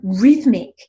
rhythmic